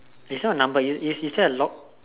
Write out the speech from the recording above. is not a number is is there a lock